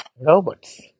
robots